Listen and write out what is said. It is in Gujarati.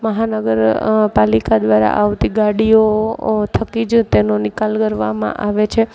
મહાનગર પાલિકા દ્વારા આવતી ગાડીઓ થકી જ તેનો નિકાલ કરવામાં આવે છે